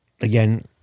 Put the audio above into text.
Again